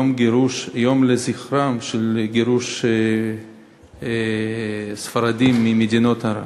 יום לזכר גירוש ספרדים ממדינות ערב.